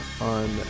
on